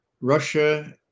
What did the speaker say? Russia